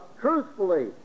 truthfully